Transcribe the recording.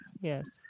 Yes